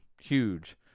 huge